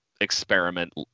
experiment